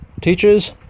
teachers